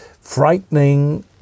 frightening